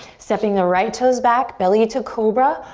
stepping the right toes back, belly to cobra,